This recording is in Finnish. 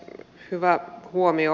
hyvä huomio